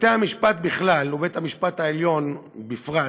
בתי-המשפט בכלל ובית-המשפט העליון בפרט